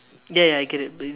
ya ya I get it but